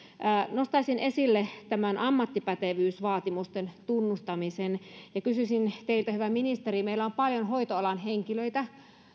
nostaisin esille tämän ammattipätevyysvaatimusten tunnustamisen ja kysyisin teiltä hyvä ministeri meillä on paljon hoitoalan henkilöitä